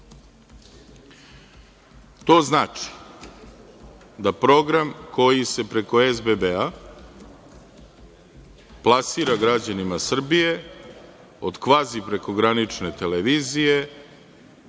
To znači da program koji se preko SBB plasira građanima Srbije od kvazi-prekogranične televizije,